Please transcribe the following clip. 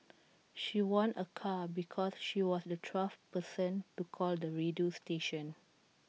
she won A car because she was the twelfth person to call the radio station